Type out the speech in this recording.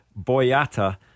Boyata